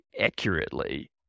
accurately